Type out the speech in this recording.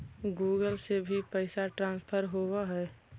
Google से भी पैसा ट्रांसफर होवहै?